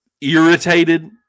irritated